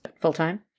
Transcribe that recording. full-time